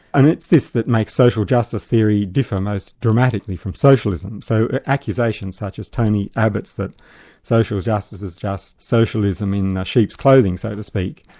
and it's this that makes social justice theory differ most dramatically from socialism so accusations such as tony abbott's that social justice is just socialism in sheep's clothing so to speak,